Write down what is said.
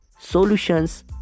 solutions